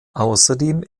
außerdem